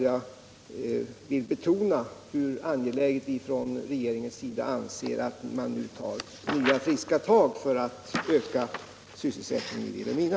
Jag vill betona hur angeläget vi från regeringens sida anser det vara att man nu tar nya, friska tag föratt öka sysselsättningen i Vilhelmina.